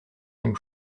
même